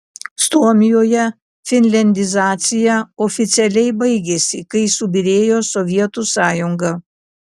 suomijoje finliandizacija oficialiai baigėsi kai subyrėjo sovietų sąjunga